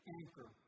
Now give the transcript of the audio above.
anchor